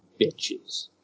bitches